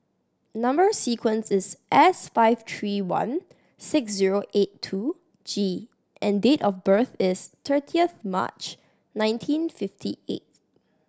number sequence is S five three one six zero eight two G and date of birth is thirtieth March nineteen fifty eight